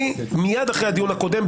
מיד אחרי הדיון הקודם,